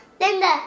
Linda